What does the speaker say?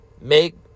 Make